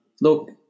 Look